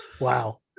wow